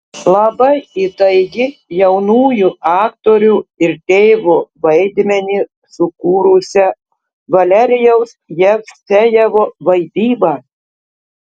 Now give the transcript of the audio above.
labai įtaigi jaunųjų aktorių ir tėvo vaidmenį sukūrusio valerijaus jevsejevo vaidyba